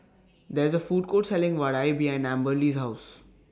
There IS A Food Court Selling Vadai behind Amberly's House